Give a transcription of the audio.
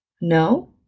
No